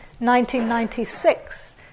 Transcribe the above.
1996